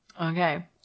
Okay